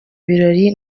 birori